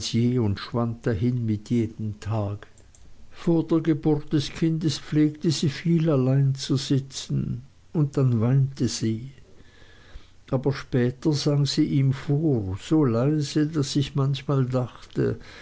und schwand dahin mit jedem tage vor der geburt des kindes pflegte sie viel allein zu sitzen und dann weinte sie aber später sang sie ihm vor so leise daß ich manchmal dachte